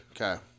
Okay